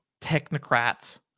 technocrats